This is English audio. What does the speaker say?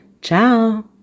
Ciao